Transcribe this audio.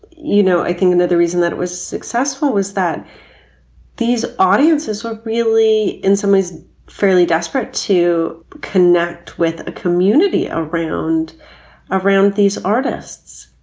you know, i think another reason that it was successful was that these audiences were really, in some ways fairly desperate to connect with the ah community around around these artists.